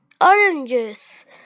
oranges